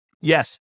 Yes